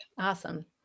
Awesome